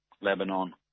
Lebanon